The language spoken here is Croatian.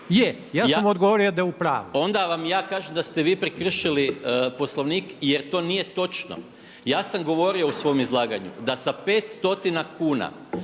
ja sam mu odgovorio da je u pravu./…